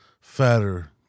fatter